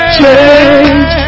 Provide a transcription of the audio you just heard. change